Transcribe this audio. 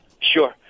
Sure